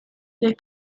their